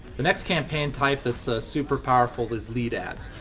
the next campaign type that's super powerful is lead ads.